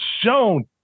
shown